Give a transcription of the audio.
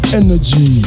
energy